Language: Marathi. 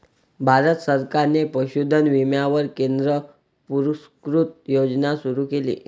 भारत सरकारने पशुधन विम्यावर केंद्र पुरस्कृत योजना सुरू केली